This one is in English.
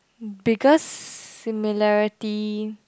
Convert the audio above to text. because similarity